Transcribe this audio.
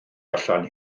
allan